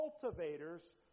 cultivators